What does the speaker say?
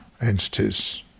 entities